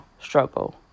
struggle